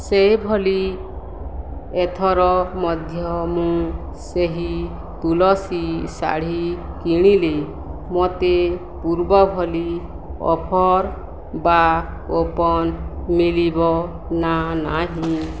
ସେଇଭଳି ଏଥର ମଧ୍ୟ ମୁଁ ସେହି ତୁଳସୀ ଶାଢ଼ୀ କିଣିଲେ ମତେ ପୂର୍ବ ଭଳି ଅଫର୍ ବା କୁପନ୍ ମିଳିବ ନା ନାହିଁ